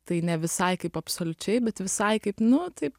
tai ne visai kaip absoliučiai bet visai kaip nu taip